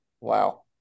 Wow